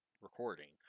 recording